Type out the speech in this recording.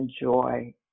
enjoy